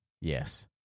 Yes